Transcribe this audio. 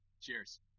Cheers